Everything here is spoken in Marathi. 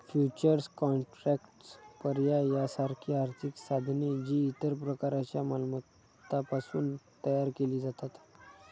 फ्युचर्स कॉन्ट्रॅक्ट्स, पर्याय यासारखी आर्थिक साधने, जी इतर प्रकारच्या मालमत्तांपासून तयार केली जातात